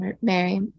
Mary